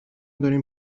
داریم